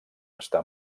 està